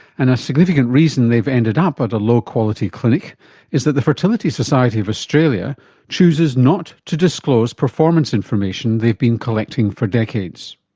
and a significant reason they've ended up at a low quality clinic is that the fertility society of australia chooses not to disclose performance information they've been collecting for decades.